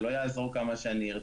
זה לא יעזור כמה שאני ארצה.